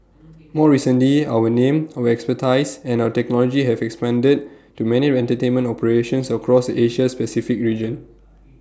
more recently our name our expertise and our technology have expanded to many entertainment operations across Asia Pacific region